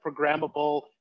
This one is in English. programmable